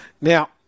Now